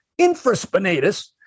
infraspinatus